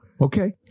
Okay